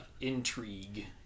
intrigue